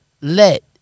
let